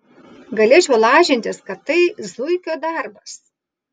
galėčiau lažintis kad tai zuikio darbas